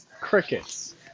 crickets